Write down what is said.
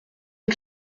est